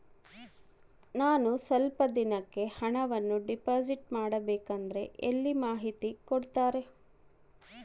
ನಾನು ಸ್ವಲ್ಪ ದಿನಕ್ಕೆ ಹಣವನ್ನು ಡಿಪಾಸಿಟ್ ಮಾಡಬೇಕಂದ್ರೆ ಎಲ್ಲಿ ಮಾಹಿತಿ ಕೊಡ್ತಾರೆ?